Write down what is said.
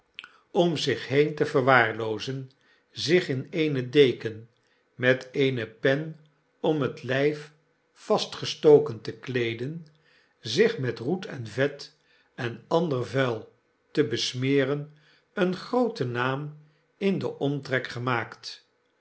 om zich heen te verwaarloozen zich in eene deken met eene pen om t lyf vastgestoken te kleeden zich met roet en vet en ander vuil te besmeren een grooten naam in den omtrek gemaakt